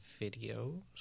videos